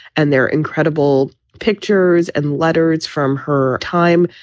and they're incredible pictures and letters from her time.